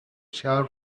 shell